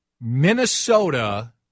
Minnesota